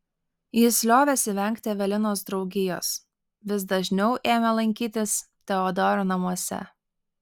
jis liovėsi vengti evelinos draugijos vis dažniau ėmė lankytis teodoro namuose